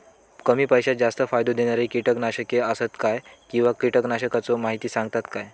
कमी पैशात जास्त फायदो दिणारी किटकनाशके आसत काय किंवा कीटकनाशकाचो माहिती सांगतात काय?